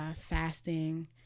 fasting